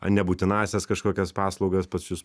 ar nebūtinąsias kažkokias paslaugas pačius